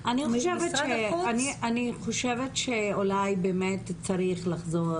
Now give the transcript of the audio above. אולי באמת צריך לחזור